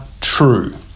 true